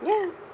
ya